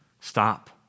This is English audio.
stop